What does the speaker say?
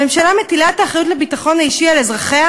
הממשלה מטילה את האחריות לביטחון האישי על אזרחיה